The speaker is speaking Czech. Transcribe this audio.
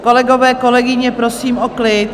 Kolegové, kolegyně, prosím o klid!